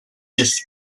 ist